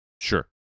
Sure